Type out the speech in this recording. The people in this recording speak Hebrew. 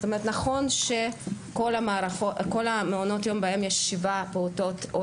נכון שכל מעונות היום בהם יש שבעה פעוטות או